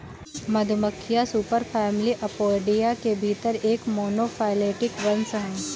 मधुमक्खियां superfamily Apoidea के भीतर एक मोनोफैलेटिक वंश हैं